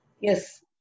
Yes